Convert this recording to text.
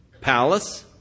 palace